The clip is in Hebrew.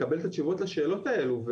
לקבל את התשובות לשאלות האלו,